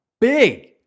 Big